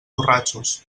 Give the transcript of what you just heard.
borratxos